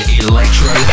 electro